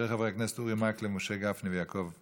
של חברי הכנסת אורי מקלב, משה גפני ויעקב אשר.